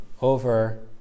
over